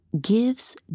gives